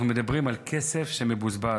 אנחנו מדברים על כסף שמבוזבז.